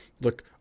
look